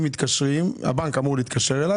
הבנק אמור להתקשר ללקוח,